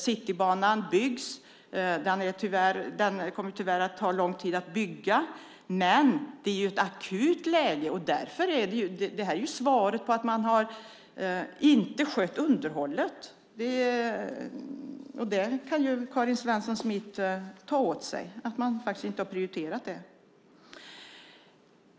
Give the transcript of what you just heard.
Citybanan byggs. Den kommer tyvärr att ta lång tid att bygga. Det är ett akut läge, och det är resultatet av att man inte har skött underhållet. Det kan Karin Svensson Smith ta åt sig. Man har inte prioriterat det.